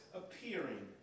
appearing